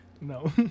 No